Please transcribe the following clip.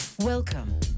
Welcome